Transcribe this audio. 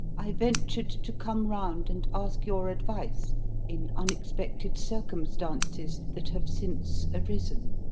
i ventured to come round and ask your advice in unexpected circumstances that have since arisen.